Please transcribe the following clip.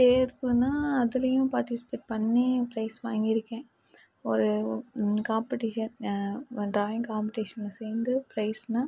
தேர்வுனா அதுலேயும் பார்ட்டிசிபேட் பண்ணி ப்ரைஸ் வாங்கியிருக்கேன் ஒரு காம்பெடிஷன் ஒரு ட்ராயிங் காம்பெடிஷனில் சேர்ந்து ப்ரைஸ்னா